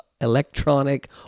electronic